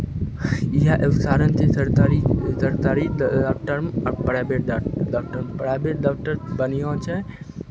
इएह एदो तारण छै सरतारी सरतारी डाक्टरमे आओर प्राइवेट डॉक डाक्टरमे प्राइवेट डाक्टर बढ़िआँ छै